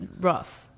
rough